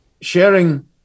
sharing